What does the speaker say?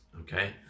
okay